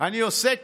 אני עושה קניות,